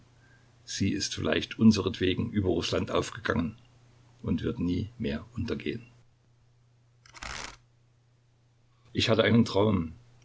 sie ist vielleicht unseretwegen über rußland aufgegangen und wird nie mehr untergehen ich hatte einen traum